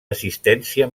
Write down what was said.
assistència